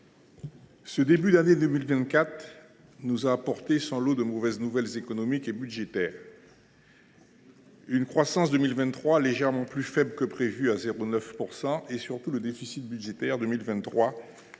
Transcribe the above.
ce début d’année 2024 nous a apporté son lot de mauvaises nouvelles économiques et budgétaires : une croissance pour 2023 légèrement plus faible que prévu – 0,9 %– et, surtout, un déficit budgétaire pour